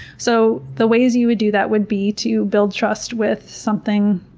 so the ways you would do that would be to build trust with something,